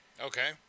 Okay